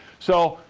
so,